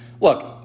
Look